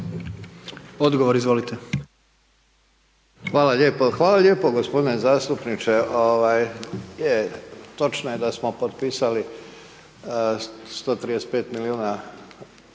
Davor (HDZ)** Hvala lijepo. Hvala lijepo g. zastupniče, točno je da smo potpisali 135 milijuna